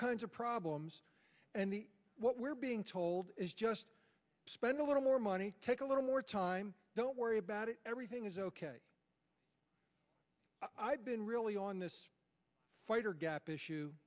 kinds of problems and what we're being told is just spend a little more money take a little more time don't worry about it everything is ok i've been really on this wider gap issue